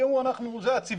כי הם אמרו שזה הצביון,